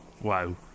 wow